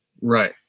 Right